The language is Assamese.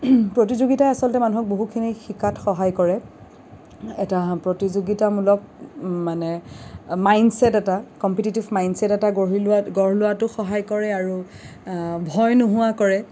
প্ৰতিযোগিতাই আচলতে মানুহক বহুতখিনি শিকাত সহায় কৰে এটা প্ৰতিযোগিতামূলক মানে মাইণ্ড ছেট এটা কম্পিটেটিভ মাইণ্ড ছেট এটা গঢ়ি লোৱাত গঢ় লোৱাতো সহায় কৰে আৰু ভয় নোহোৱা কৰে